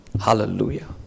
Hallelujah